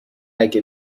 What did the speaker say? اگه